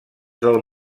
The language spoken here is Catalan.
del